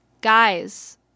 guys